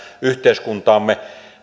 yhteiskuntaamme